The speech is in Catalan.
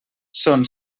són